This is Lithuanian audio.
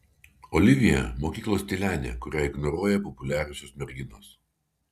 olivija mokyklos tylenė kurią ignoruoja populiariosios merginos